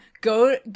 Go